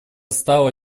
стало